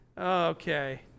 Okay